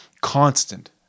Constant